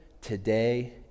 today